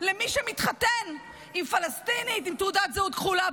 למי שמתחתן עם פלסטינית עם תעודת זהות כחולה,